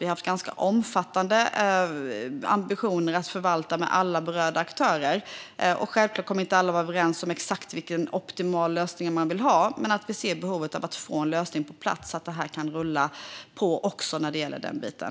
Vi har haft omfattande ambitioner att förhandla med alla berörda aktörer. Självklart kommer inte alla att vara överens om exakt vad som är den optimala lösningen. Men vi ser ett behov av att få en lösning på plats också när det gäller den biten.